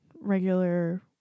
regular